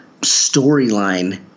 storyline